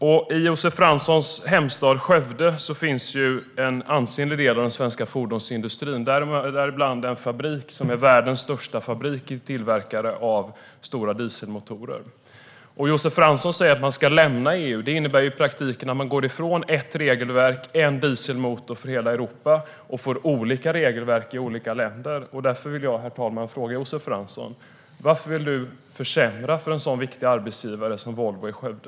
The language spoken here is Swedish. I Josef Franssons hemstad Skövde finns en ansenlig del av den svenska fordonsindustrin, däribland världens största fabrik för tillverkning av stora dieselmotorer. Josef Fransson säger att vi ska lämna EU, och det innebär i praktiken att man går ifrån ett regelverk - en dieselmotor - för hela Europa och får olika regelverk i olika länder. Därför vill jag fråga dig, Josef Fransson: Varför vill du försämra för en så viktig arbetsgivare som Volvo i Skövde?